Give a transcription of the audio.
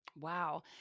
Wow